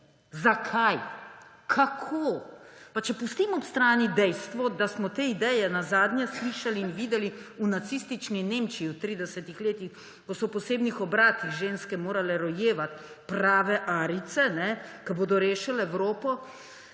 zakaj, kako? Pa če pustimo ob strani dejstvo, da smo te ideje nazadnje slišali in videli v nacistični Nemčiji v 30-ih letih, ko so v posebnih obratih ženske morale rojevati prave arijce, ki bodo rešili Evropo,